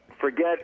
Forget